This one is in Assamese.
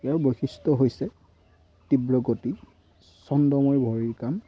ইয়াৰ বৈশিষ্ট্য হৈছে তীব্ৰগতি চন্দ্ৰময় ভৰিৰ কাম